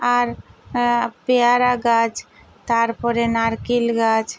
আর পেয়ারা গাছ তার পরে নারকেল গাছ